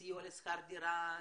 סיוע בשכר דירה,